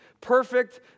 Perfect